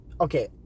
Okay